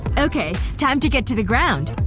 okay. time to get to the ground